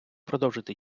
продовжити